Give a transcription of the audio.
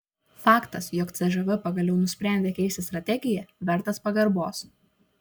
faktas jog cžv pagaliau nusprendė keisti strategiją vertas pagarbos